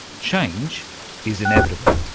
change is inevitable.